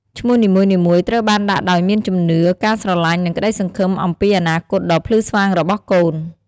ឈ្មោះនីមួយៗត្រូវបានដាក់ដោយមានជំនឿ ការស្រឡាញ់ និងក្តីសង្ឃឹមអំពីអនាគតដ៏ភ្លឺស្វាងរបស់កូន។